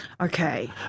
Okay